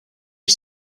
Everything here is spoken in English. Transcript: our